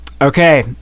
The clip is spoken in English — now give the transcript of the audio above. Okay